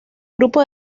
grupo